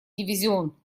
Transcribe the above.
дивизион